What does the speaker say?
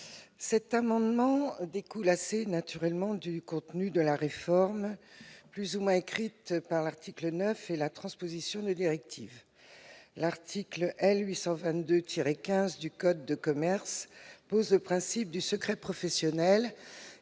Cet amendement découle assez naturellement du contenu de la réforme, plus ou moins écrite par l'article 9, et de la transposition de la directive. L'article L. 822-15 du code de commerce pose le principe du secret professionnel,